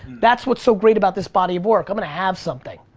that's what's so great about this body of work. i'm gonna have something,